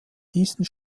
diesen